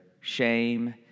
shame